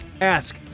ask